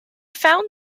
found